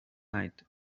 night